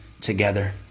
together